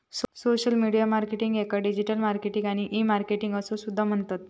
social media marketing याका digital marketing आणि e marketing असो सुद्धा म्हणतत